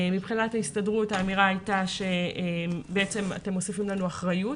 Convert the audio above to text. מבחינת ההסתדרות האמירה הייתה: אתם מוסיפים אחריות